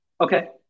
okay